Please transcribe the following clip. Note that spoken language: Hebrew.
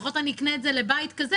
לקנות בית.